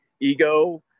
Ego